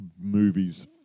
movies